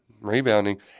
rebounding